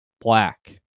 black